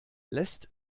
lässt